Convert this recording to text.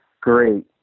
great